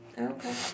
Okay